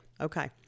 okay